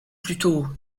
plutôt